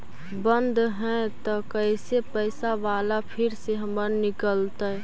बन्द हैं त कैसे पैसा बाला फिर से हमर निकलतय?